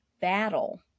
battle